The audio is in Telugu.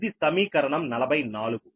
ఇది సమీకరణం 44